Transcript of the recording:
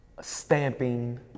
stamping